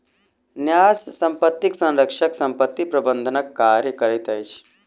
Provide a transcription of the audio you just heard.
न्यास संपत्तिक संरक्षक संपत्ति प्रबंधनक कार्य करैत अछि